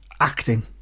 acting